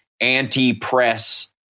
anti-press